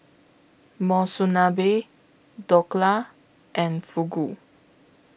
Monsunabe Dhokla and Fugu